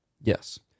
yes